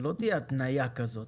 שלא תהיה התניה כזאת.